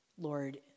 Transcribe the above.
Lord